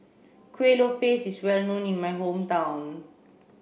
Kueh Lopes is well known in my hometown